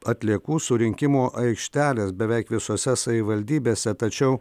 atliekų surinkimo aikštelės beveik visose savivaldybėse tačiau